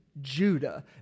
Judah